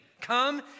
come